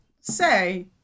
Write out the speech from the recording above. say